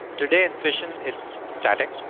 today in fission, it's static,